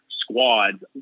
squads